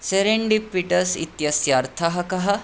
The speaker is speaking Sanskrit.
सेरेण्डिपिटस् इत्यस्य अर्थः कः